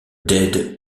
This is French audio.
dead